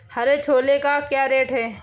हरे छोले क्या रेट हैं?